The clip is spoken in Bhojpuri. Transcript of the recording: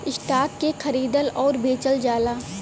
स्टॉक के खरीदल आउर बेचल जाला